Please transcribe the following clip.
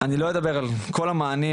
אני לא אדבר על כל המענים,